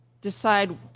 decide